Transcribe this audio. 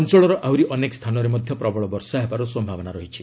ଅଞ୍ଚଳର ଆହୁରି ଅନେକ ସ୍ଥାନରେ ମଧ୍ୟ ପ୍ରବଳ ବର୍ଷା ହେବାର ସମ୍ାବନା ଅଛି